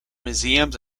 museums